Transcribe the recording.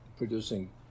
producing